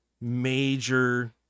major